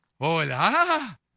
Hola